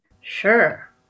Sure